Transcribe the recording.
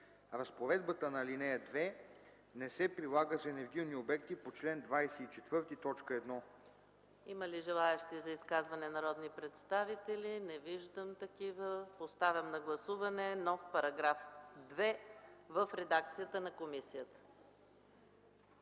Разпоредбата на ал. 2 не се прилага за енергийни обекти по чл. 24,